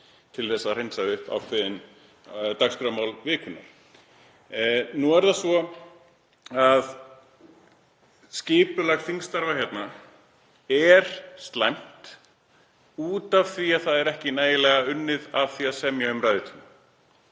til að hreinsa upp ákveðin dagskrármál vikunnar. Nú er það svo að skipulag þingstarfa er slæmt af því að það er ekki nægilega mikið unnið að því að semja um ræðutíma,